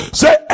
say